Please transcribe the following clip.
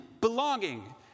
belonging